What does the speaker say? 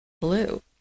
blue